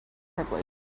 privilege